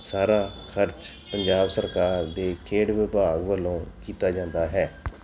ਸਾਰਾ ਖਰਚ ਪੰਜਾਬ ਸਰਕਾਰ ਦੇ ਖੇਡ ਵਿਭਾਗ ਵੱਲੋਂ ਕੀਤਾ ਜਾਂਦਾ ਹੈ